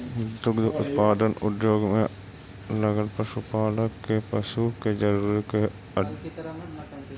दुग्ध उत्पादन उद्योग में लगल पशुपालक के पशु के जरूरी के ध्यान रखल जा हई